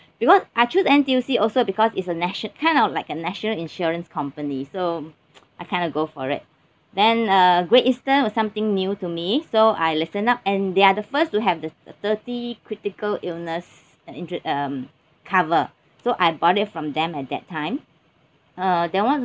because I chose N_T_U_C also because it's a nation~ kind of like a national insurance company so I kind of go for it then uh great eastern was something new to me so I listen up and they are the first to have the thirty critical illness injur~ um cover so I bought it from them at that time uh that [one]